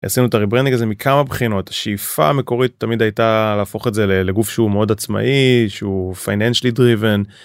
עשינו את הריברינג הזה מכמה בחינות השאיפה המקורית תמיד הייתה להפוך את זה לגוף שהוא מאוד עצמאי שהוא פייננשלי דריוון.